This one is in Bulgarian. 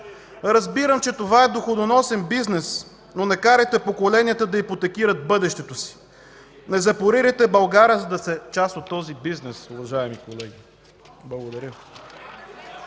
Разбирам, че това е доходоносен бизнес, но не карайте поколенията да ипотекират бъдещето си. Не запорирайте България, за да сте част от този бизнес, уважаеми колеги. Благодаря.